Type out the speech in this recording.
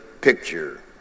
picture